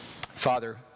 Father